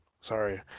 Sorry